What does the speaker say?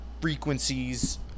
frequencies